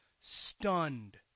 stunned